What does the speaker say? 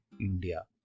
India